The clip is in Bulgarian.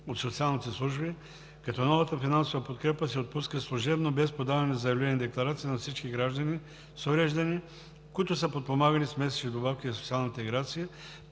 от социалните служби, като новата финансова подкрепа се отпуска служебно, без подаване на заявление-декларация на всички граждани с увреждания, които са подпомагани с месечни добавки за социална интеграция